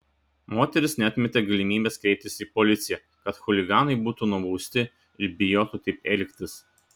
moteris neatmetė galimybės kreiptis į policiją kad chuliganai būtų nubausti ir bijotų taip elgtis